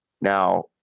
Now